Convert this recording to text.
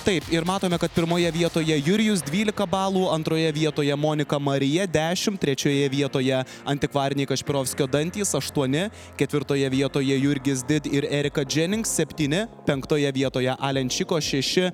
taip ir matome kad pirmoje vietoje jurijus dvylika balų antroje vietoje monika marija dešimt trečioje vietoje antikvariniai kašpirovskio dantys aštuoni ketvirtoje vietoje jurgis did ir erika dženinks septyni penktoje vietoje alenčiko šeši